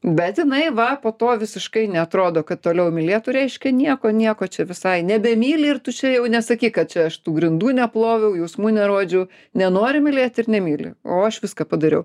bet jinai va po to visiškai neatrodo kad toliau mylėtų reiškia nieko nieko čia visai nebemyli ir tu čia jau nesakyk atsivežtų grindų neploviau jausmų nerodžiau nenori mylėt ir nemyli o aš viską padariau